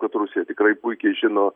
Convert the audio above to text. kad rusija tikrai puikiai žino